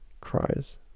cries